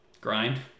Grind